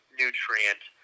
nutrient